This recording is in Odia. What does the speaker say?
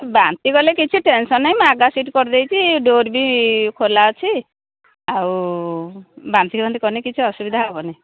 ବାନ୍ତି କଲେ କିଛି ଟେନସନ୍ ନାହିଁ ମୁଁ ଆଗା ସିଟ୍ କରିଦେଇଛି ଡୋର ବି ଖୋଲା ଅଛି ଆଉ ବାନ୍ତି ଫାନ୍ତି କରିଲେ କିଛି ଅସୁବିଧା ହବନି